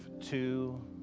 two